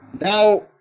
now